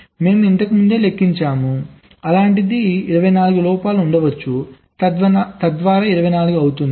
మేము ఇంతకు ముందే లెక్కించాము అలాంటి 24 లోపాలు ఉండవచ్చు తద్వారా 24 అవుతుంది